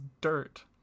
dirt